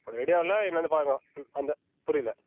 அப்புறம் ரெடி ஆகலன்னா என்னென்னு பாருங்க ம் அந்த புரியல